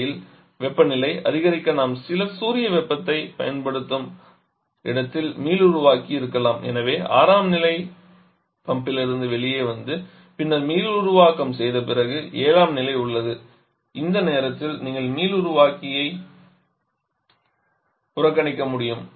இடையில் வெப்பநிலை அதிகரிக்க நாம் சில சூரிய வெப்பத்தைப் பயன்படுத்தும் இடத்தில் மீளுருவாக்கி இருக்கலாம் எனவே 6 ஆம் நிலை பம்பிலிருந்து வெளியே வந்து பின்னர் மீளுருவாக்கம் செய்த பிறகு 7 ஆம் நிலை உள்ளது இந்த நேரத்தில் நீங்கள் மீளுருவாக்கியை புறக்கணிக்க முடியும்